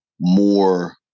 more